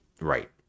right